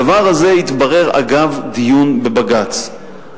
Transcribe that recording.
הדבר הזה התברר אגב דיון בבג"ץ.